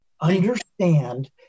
understand